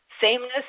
sameness